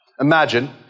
imagine